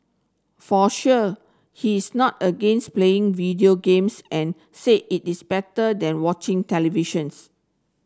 for sure he is not against playing video games and said it is better than watching televisions